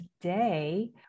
today